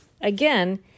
Again